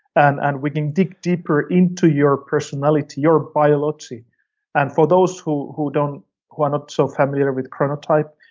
and and we can dig deeper into your personality, your biology and for those who who don't, who are not so familiar with chronotype,